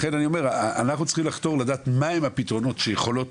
לכן אני אומר אנחנו צריכים לראות מהם הפתרונות שיכולים